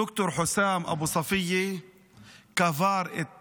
ד"ר חוסאם אבו ספיה קבר את